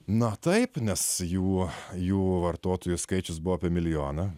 na taip nes jų jų vartotojų skaičius buvo apie milijoną